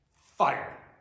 fire